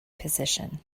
position